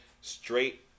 straight